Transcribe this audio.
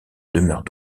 demeure